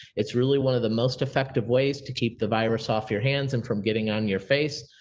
it's really one of the most effective way to keep the virus off your hands and from getting on your face.